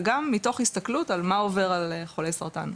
וגם מתוך הסתכלות על מה עובר על חולי סרטן.